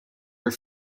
were